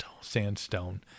sandstone